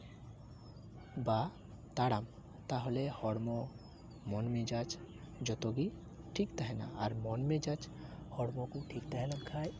ᱵᱟ ᱛᱟᱲᱟᱢ ᱛᱟᱦᱚᱞᱮ ᱦᱚᱲᱢᱚ ᱢᱚᱱ ᱢᱮᱡᱟᱡᱽ ᱡᱚᱛᱚ ᱜᱮ ᱴᱷᱤᱠ ᱛᱟᱦᱮᱱᱟ ᱟᱨ ᱢᱚᱱ ᱢᱮᱡᱟᱡᱽ ᱦᱚᱲᱢᱚ ᱠᱚ ᱴᱷᱤᱠ ᱛᱟᱦᱮᱞᱮᱱ ᱠᱷᱟᱡ